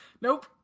Nope